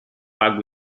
packed